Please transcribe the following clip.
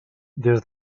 des